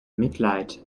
mitleid